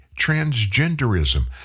transgenderism